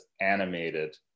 animated